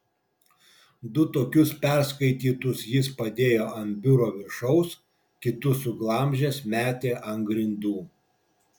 du tokius perskaitytus jis pasidėjo ant biuro viršaus kitus suglamžęs metė ant grindų